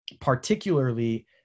particularly